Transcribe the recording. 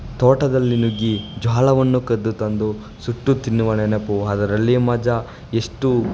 ತೋಟದಲ್ಲಿ ನುಗ್ಗಿ ಜೋಳವನ್ನು ಕದ್ದು ತಂದು ಸುಟ್ಟು ತಿನ್ನುವ ನೆನಪು ಅದರಲ್ಲಿಯ ಮಜಾ ಎಷ್ಟು